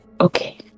Okay